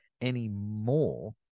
anymore